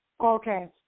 Okay